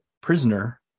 prisoner